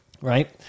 right